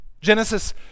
Genesis